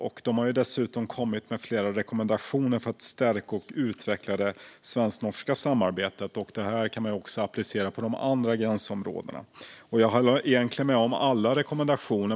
Regionen har dessutom kommit med flera rekommendationer för att stärka och utveckla det svensk-norska samarbetet, och de går också att applicera på de andra gränsområdena. Jag håller egentligen med om alla dessa rekommendationer.